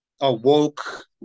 awoke